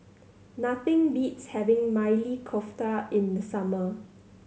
nothing beats having Maili Kofta in the summer